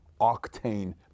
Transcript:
octane